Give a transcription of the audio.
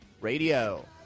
Radio